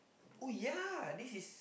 oh ya this is